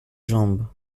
jambe